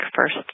First